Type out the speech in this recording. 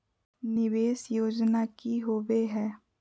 निवेस योजना की होवे है?